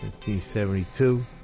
1972